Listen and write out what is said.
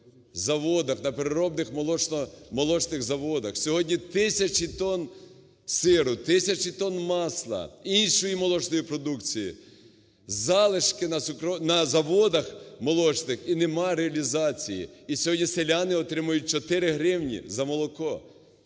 на переробних молочних заводах, сьогодні тисячі тонн сиру, тисячі тонн масла, іншої молочної продукції, залишки на заводах молочних, і нема реалізації. І сьогодні селяни отримують 4 гривні за молоко.